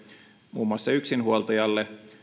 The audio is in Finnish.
muun muassa yksinhuoltajalle